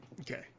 okay